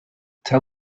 tell